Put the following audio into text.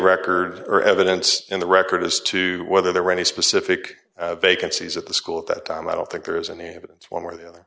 records or evidence in the record as to whether there were any specific vacancies at the school at that time i don't think there is and they haven't one way or the other